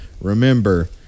remember